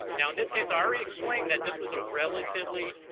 now in this case i already explained that this was a relatively